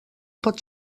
pot